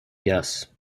yes